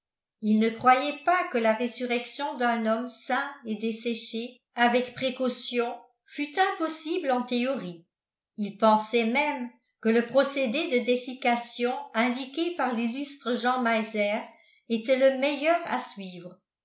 il ne croyait pas que la résurrection d'un homme sain et desséché avec précaution fût impossible en théorie il pensait même que le procédé de dessiccation indiqué par l'illustre jean meiser était le meilleur à suivre